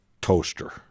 toaster